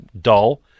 dull